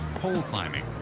pole climbing,